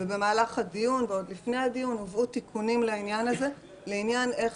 ובמהלך הדיון ועוד לפניו הובאו תיקונים לעניין של איך